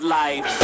life